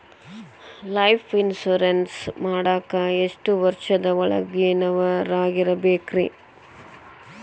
Life insurance ಮಾಡಾಕ ಎಷ್ಟು ವರ್ಷದ ಒಳಗಿನವರಾಗಿರಬೇಕ್ರಿ?